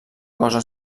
cosa